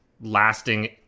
lasting